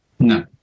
No